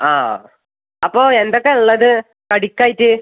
ആ അപ്പോൾ എന്തൊക്കെയാണ് ഉള്ളത് കടിക്കായിട്ട്